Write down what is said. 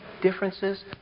differences